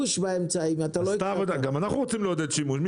גם אנחנו רוצים לעודד שימוש.